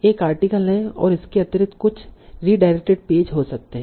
एक आर्टिकल है और इसके अतिरिक्त कुछ रीडाईरेकटेड पेज हो सकते हैं